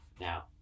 Now